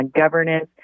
governance